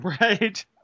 right